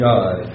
God